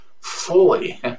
fully